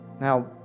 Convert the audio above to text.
Now